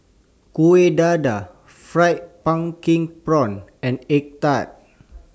Kueh Dadar Fried Pumpkin Prawns and Egg Tart